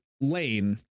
lane